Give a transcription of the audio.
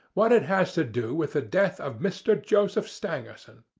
what it has to do with the death of mr. joseph stangerson.